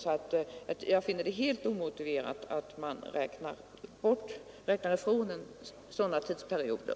Jag finner det med andra ord helt omotiverat att räkna ifrån sådana tidsperioder.